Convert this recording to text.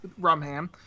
Rumham